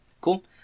Cool